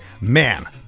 man